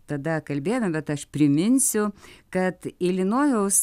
tada kalbėjome bet aš priminsiu kad ilinojaus